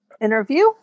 interview